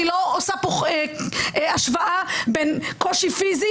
אני לא עושה פה השוואה בין קושי פיזי